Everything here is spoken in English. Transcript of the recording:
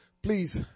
Please